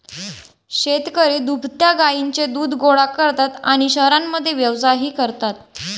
शेतकरी दुभत्या गायींचे दूध गोळा करतात आणि शहरांमध्ये व्यवसायही करतात